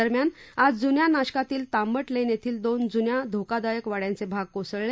दरम्यान आज जुन्या नाशकातील तांबट लेन येथील दोन जुन्या धोकादायक वाड्यांचे भाग कोसळले